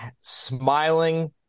smiling